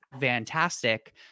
fantastic